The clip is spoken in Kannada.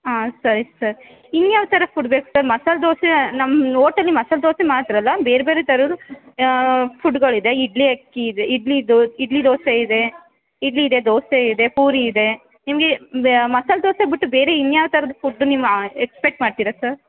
ಹಾಂ ಸರಿ ಸರ್ ಇನ್ನು ಯಾವ ಥರ ಫುಡ್ ಬೇಕು ಸರ್ ಮಸಾಲೆ ದೋಸೆ ನಮ್ಮ ಹೋಟಲಿ ಮಸಾಲೆ ದೋಸೆ ಮಾತ್ರ ಅಲ್ಲ ಬೇರೆ ಬೇರೆ ಥರದು ಫುಡ್ಗಳು ಇದೆ ಇಡ್ಲಿ ಅಕ್ಕಿ ಇದೆ ಇಡ್ಲಿ ದೋ ಇಡ್ಲಿ ದೋಸೆ ಇದೆ ಇಡ್ಲಿ ಇದೆ ದೋಸೆ ಇದೆ ಪೂರಿ ಇದೆ ನಿಮಗೆ ವ್ಯಾ ಮಸಾಲೆ ದೋಸೆ ಬಿಟ್ಟು ಬೇರೆ ಇನ್ಯಾವ ಥರದ್ದು ಫುಡ್ ನೀವು ಎಕ್ಸ್ಪೆಕ್ಟ್ ಮಾಡ್ತೀರ ಸರ್